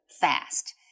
fast